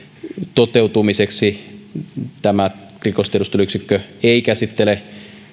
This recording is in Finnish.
toteutumiseksi tämä rikostiedusteluyksikkö ei käsittele